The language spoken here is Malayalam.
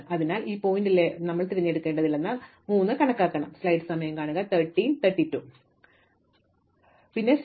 അതിനാൽ ഈ പോയിന്റിലേക്ക് ഞാൻ തിരഞ്ഞെടുക്കേണ്ടതില്ല 3 എന്ന് കണക്കാക്കണം പിന്നെ 6